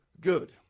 good